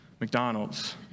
McDonald's